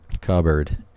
cupboard